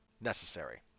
necessary